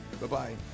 Bye-bye